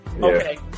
Okay